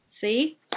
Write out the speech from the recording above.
See